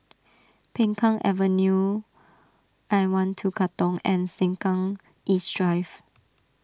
Peng Kang Avenue I one two Katong and Sengkang East Drive